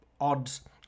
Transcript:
odds